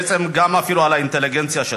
ובעצם גם אפילו על האינטליגנציה שלך.